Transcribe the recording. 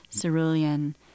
cerulean